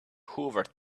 hoovered